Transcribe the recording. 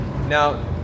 Now